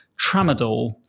tramadol